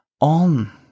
on